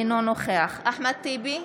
אינו נוכח אחמד טיבי,